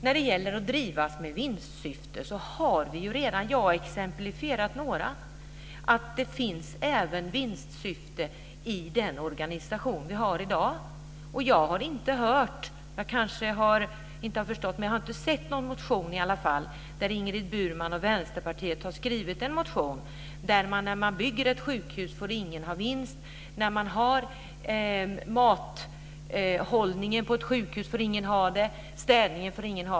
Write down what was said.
När det gäller att driva med vinstsyfte har vi redan detta. Jag har givit några exempel på att det finns vinstsyfte även i den organisation vi har i dag. Jag har inte hört Ingrid Burman och Vänsterpartiet säga att ingen får göra vinst på byggandet av ett sjukhus, på mathållningen eller på städningen.